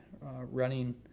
running